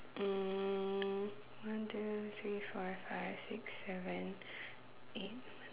um one two three four five six seven eight